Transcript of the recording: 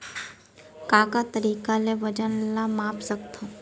का का तरीक़ा ले वजन ला माप सकथो?